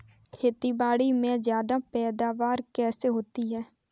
खेतीबाड़ी में ज्यादा पैदावार कैसे होती है?